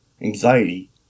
anxiety